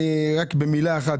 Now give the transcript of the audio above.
אני רק במילה אחת,